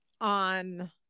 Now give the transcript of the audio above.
on